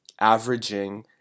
averaging